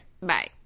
Bye